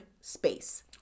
space